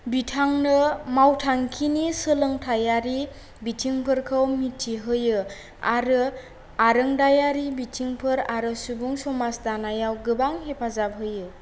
बिथांनो मावथांखिनि सोलोंथायारि बिथिंफोरखौ मिथिहोयो आरो आरोंदायारि बिथिंफोर आरो सुबुं समाज दानायाव गोबां हेफाजाब होयो